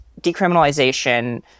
decriminalization